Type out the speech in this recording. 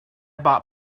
bought